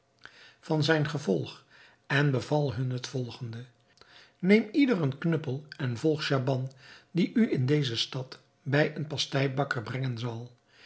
van zijn gevolg en beval hun het volgende neem ieder een knuppel en volg schaban die u in deze stad hij een pasteibakker brengen zal